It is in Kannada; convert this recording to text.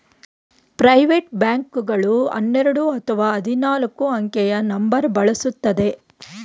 ಪ್ರೈವೇಟ್ ಬ್ಯಾಂಕ್ ಗಳು ಹನ್ನೆರಡು ಅಥವಾ ಹದಿನಾಲ್ಕು ಅಂಕೆಯ ನಂಬರ್ ಬಳಸುತ್ತದೆ